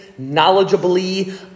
knowledgeably